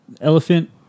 Elephant